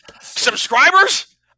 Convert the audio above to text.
Subscribers